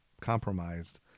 compromised